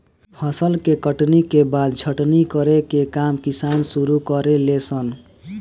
फसल के कटनी के बाद छटनी करे के काम किसान सन शुरू करे ले सन